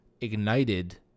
ignited